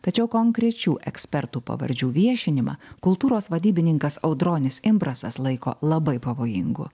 tačiau konkrečių ekspertų pavardžių viešinimą kultūros vadybininkas audronis imbrasas laiko labai pavojingu